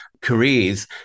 careers